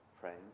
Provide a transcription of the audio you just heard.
friends